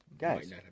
guys